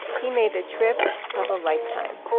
he made the trip of a lifetime